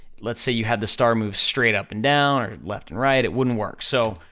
let's say you had the star move straight up and down, or left and right, it wouldn't work, so,